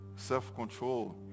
self-control